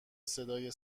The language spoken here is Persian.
صدای